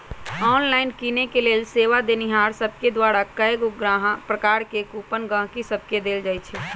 online किनेके लेल सेवा देनिहार सभके द्वारा कएगो प्रकार के कूपन गहकि सभके देल जाइ छइ